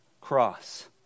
cross